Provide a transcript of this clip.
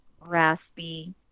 raspy